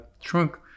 trunk